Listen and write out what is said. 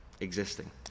existing